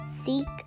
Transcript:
Seek